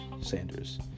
Sanders